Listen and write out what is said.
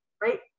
right